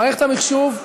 מערכת המחשוב,